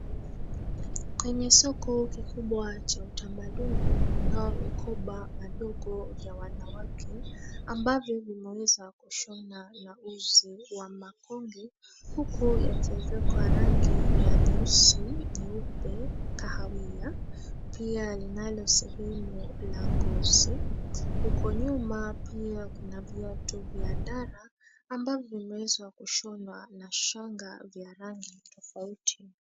Kwenye soko kikubwa cha utamaduni kunao mikoba madogo vya wanawake ambavyo vimeweza kushonwa na uzi wa makonge huku yakiezekwa rangi ya nyeusi, nyeupe, kahawia, pia linalo sehemu la ngozi. Huko nyuma pia kuna viatu vya ndara ambavyo vimeweza kushonwa na shanga vya rangi tofauti.